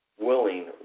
willing